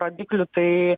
rodiklių tai